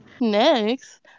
Next